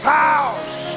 house